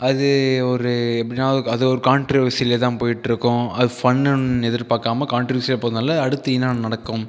அது ஒரு எப்படினா அது ஒரு கான்ட்ரவர்ஸியில் தான் போய்ட்டு இருக்கும் அது ஃபன்னுனு எதிர்பாக்காமல் கான்ட்ரவர்ஸியாக போகிறதுனால அடுத்து என்னென்ன நடக்கும்